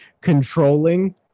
controlling